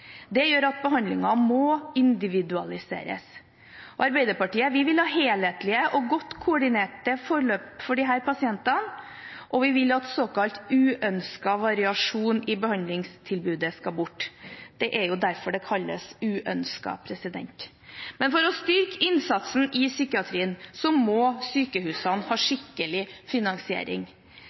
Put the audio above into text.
Det gjør at behandlingen må individualiseres. Vi i Arbeiderpartiet vil ha helhetlige og godt koordinerte forløp for disse pasientene, og vi vil at såkalt uønsket variasjon i behandlingstilbudet skal bort. Det er jo derfor det kalles uønsket. Men for å styrke innsatsen i psykiatrien må sykehusene ha skikkelig finansiering.